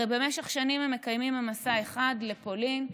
במשך שנים מקיימים מסע אחד, לפולין.